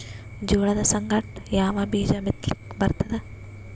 ಜೋಳದ ಸಂಗಾಟ ಯಾವ ಬೀಜಾ ಬಿತಲಿಕ್ಕ ಬರ್ತಾದ?